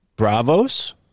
bravos